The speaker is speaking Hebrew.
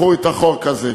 קחו את החוק הזה.